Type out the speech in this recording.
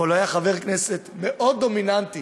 אבל הוא היה חבר כנסת מאוד דומיננטי